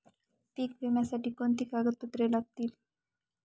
पीक विम्यासाठी कोणती कागदपत्रे लागतील?